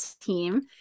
team